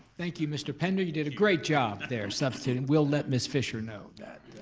thank you, mr. pender, you did a great job there substituting, we'll let miss fisher know that.